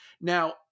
now